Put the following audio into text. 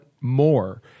more